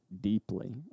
deeply